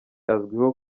azwiho